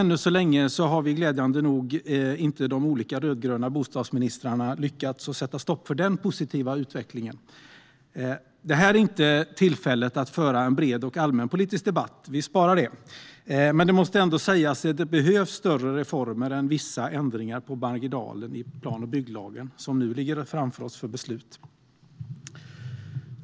Än så länge har inte de olika rödgröna bostadsministrarna lyckats sätta stopp för den positiva utvecklingen. Detta är inte tillfället att föra en bred och allmänpolitisk debatt - det sparar vi - men det måste ändå sägas att det behövs större reformer än vissa ändringar på marginalen i den plan och bygglag som nu ligger framför oss för beslut.